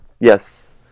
yes